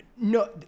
No